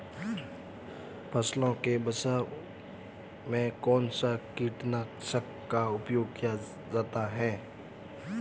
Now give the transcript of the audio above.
फसलों के बचाव में कौनसा कीटनाशक का उपयोग किया जाता है?